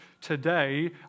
today